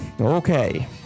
Okay